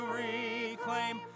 reclaim